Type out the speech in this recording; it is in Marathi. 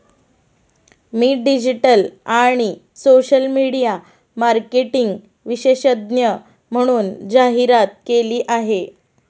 मी डिजिटल आणि सोशल मीडिया मार्केटिंग विशेषज्ञ म्हणून जाहिरात केली आहे